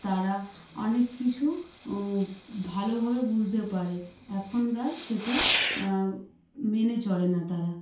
তারা অনেক কিছু ভালোভাবে বুঝতে পারে এখনকার সেটা মেনে চলে না তারা